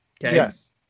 Yes